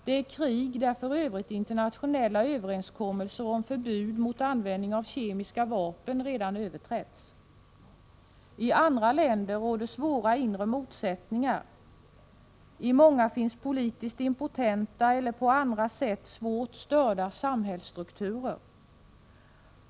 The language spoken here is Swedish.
Det är krig där för övrigt internationella överenskommelser om förbud mot användning av kemiska vapen redan överträtts. I andra länder råder svåra inre motsättningar — i många finns politiskt impotenta eller på andra sätt svårt störda samhällsstrukturer.